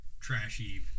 trashy